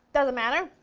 doesn't matter,